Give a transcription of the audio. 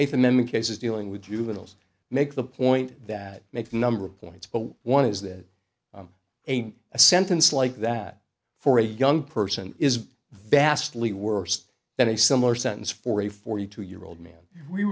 eighth and then the cases dealing with juveniles make the point that make number of points but one is that eight a sentence like that for a young person is vastly worse than a similar sentence for a forty two year old man we we